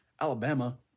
Alabama